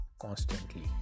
constantly